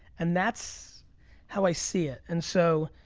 and that's how i see it. and so,